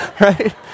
Right